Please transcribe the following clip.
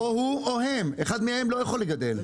או הוא, או הם, אחד מהם לא יכול לגדל.